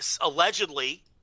allegedly